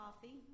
coffee